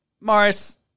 Morris